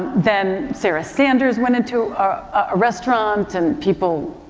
then sarah sanders went into a, a restaurant and people,